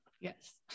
yes